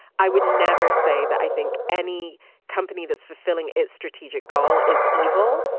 i would never say that i think any company that's fulfilling its strategic goal is evil.